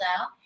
out